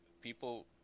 people